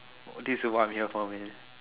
this is what I am here for man